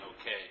okay